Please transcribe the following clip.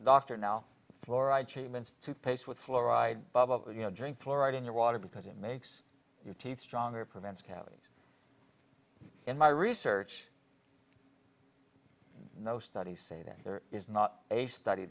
doctor now floor achievements to pace with fluoride you know drink fluoride in your water because it makes your teeth stronger prevents cavities in my research no studies say that there is not a study